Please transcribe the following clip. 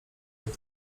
wody